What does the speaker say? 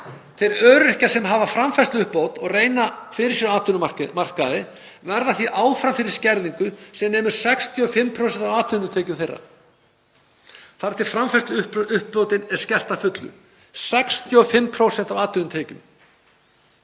Þeir öryrkjar sem hafa framfærsluuppbót og reyna fyrir sér á vinnumarkaði verða því áfram fyrir skerðingu sem nemur 65% af atvinnutekjum þeirra, þar til framfærsluuppbótin hefur verið skert að fullu. 65%, það eru